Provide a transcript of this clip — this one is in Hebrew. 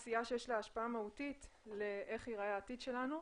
זו עשייה שיש לה השפעה מהותית לאיך ייראה העתיד שלנו.